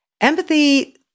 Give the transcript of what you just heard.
Empathy